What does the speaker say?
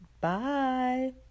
Bye